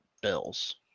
Bills